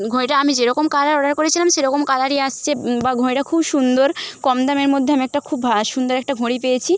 ঘড়িটা আমি যেরকম কালার অর্ডার করেছিলাম সেরকম কালারই আসছে বা ঘঁড়িটা খুব সুন্দর কম দামের মধ্যে আমি একটা খুব সুন্দর একটা ঘঁড়ি পেয়েছি